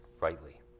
rightly